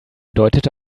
deutete